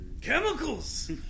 Chemicals